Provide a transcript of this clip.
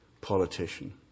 politician